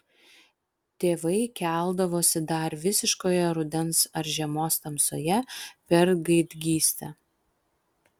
tėvai keldavosi dar visiškoje rudens ar žiemos tamsoje per gaidgystę